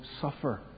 suffer